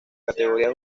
categoría